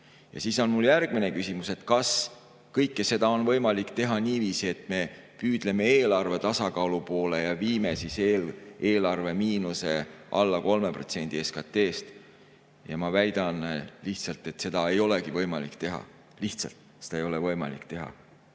Ja siis on mul järgmine küsimus: kas kõike seda on võimalik teha niiviisi, et me püüdleme eelarve tasakaalu poole ja viime eelarve miinuse alla 3% SKT‑st? Ja ma väidan lihtsalt, et seda ei olegi võimalik teha. Lihtsalt seda ei ole võimalik teha.